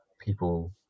people